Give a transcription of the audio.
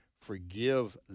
forgive